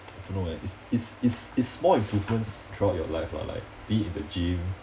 don't know eh it's it's it's it's more infrequents throughout your life ah like be it the gym